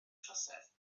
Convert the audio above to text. trosedd